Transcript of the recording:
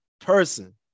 person